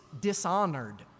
dishonored